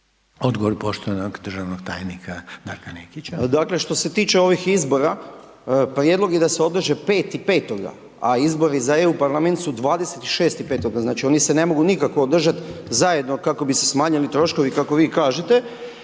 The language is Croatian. Odgovor poštovanog državnog tajnika Darka Nekića.